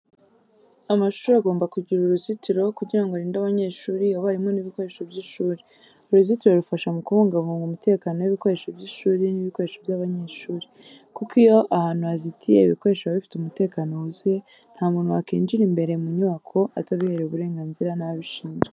Amashuri agomba kugira uruzitiro kugira ngo arinde abanyeshuri, abarimu n'ibikoresho by'ishuri. Uruzitiro rufasha mu kubungabunga umutekano w'ibikoresho by'ishuri n'ibikoresho by'abanyeshuri, kuko iyo ahantu hazitiye, ibikoresho biba bifite umutekano wuzuye. Nta muntu wakinjira imbere mu nyubako atabiherewe uburenganzira n'ababishizwe.